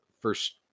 first